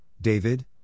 David